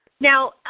Now